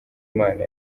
imana